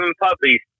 puppies